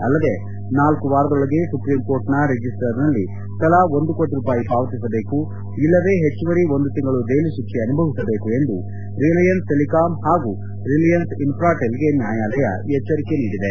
ಅಲ್ಲದೆ ನಾಲ್ಕು ವಾರದೊಳಗೆ ಸುಪ್ರೀಂ ಕೋರ್ಟ್ನ ರಿಜಿಸ್ವರ್ನಲ್ಲಿ ತಲಾ ಒಂದು ಕೋಟಿ ರೂಪಾಯಿ ಪಾವತಿಸಬೇಕು ಇಲ್ಲವೆ ಹೆಚ್ಚುವರಿ ಒಂದು ತಿಂಗಳು ಜೈಲು ಶಿಕ್ಷೆ ಅನುಭವಿಸಬೇಕು ಎಂದು ರಿಲಯನ್ಸ್ ಟೆಲಿಕಾಂ ಹಾಗೂ ರಿಲಯನ್ಸ್ ಇನ್ವಾಟೆಲ್ಗೆ ನ್ಯಾಯಾಲಯ ಎಚ್ಚರಿಕೆ ನೀಡಿದೆ